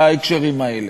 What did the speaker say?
בהקשרים האלה.